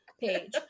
page